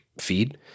feed